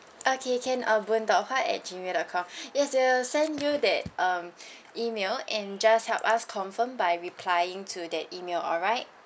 okay can um boon dot huat at gmail dot com yes we will send you that um email and just help us confirm by replying to that email alright